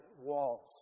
walls